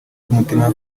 cy’umutima